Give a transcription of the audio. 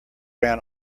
ran